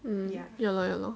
um ya lor ya lor